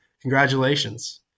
Congratulations